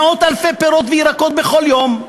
מאות-אלפי פירות וירקות בכל יום,